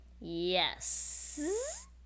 Yes